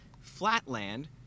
Flatland